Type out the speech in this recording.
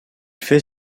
fait